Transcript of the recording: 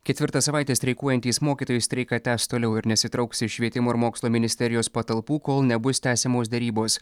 ketvirtą savaitę streikuojantys mokytojai streiką tęs toliau ir nesitrauks iš švietimo ir mokslo ministerijos patalpų kol nebus tęsiamos derybos